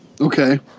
Okay